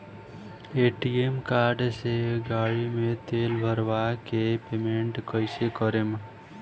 ATM card से गाड़ी मे तेल भरवा के पेमेंट कैसे करेम?